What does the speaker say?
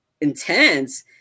intense